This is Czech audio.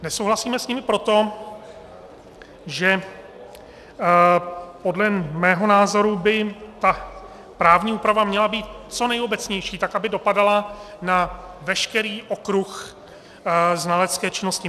Nesouhlasíme s nimi proto, že podle mého názoru by ta právní úprava měla být co nejobecnější, tak aby dopadala na veškerý okruh znalecké činnosti.